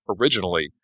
originally